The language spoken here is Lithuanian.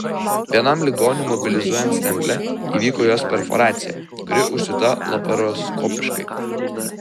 vienam ligoniui mobilizuojant stemplę įvyko jos perforacija kuri užsiūta laparoskopiškai